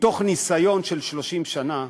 מתוך ניסיון של 30 שנה,